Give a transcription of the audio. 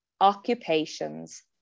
occupations